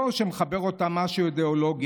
לא שמחבר אותם משהו אידיאולוגי,